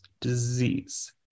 disease